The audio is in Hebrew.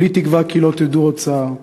כולי תקווה כי לא תדעו עוד צער.